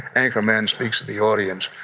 anchorman speaks to the audience.